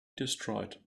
destroyed